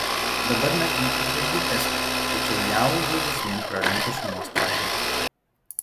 dabar mergytė kiek didesnė tačiau ją ūgiu vis vien pralenkia šeimos katinas